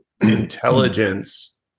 intelligence